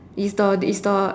it's the it's the